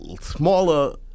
smaller